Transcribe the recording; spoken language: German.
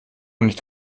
nicht